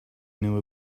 knew